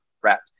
threat